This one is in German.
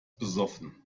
besoffen